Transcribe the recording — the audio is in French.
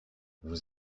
vous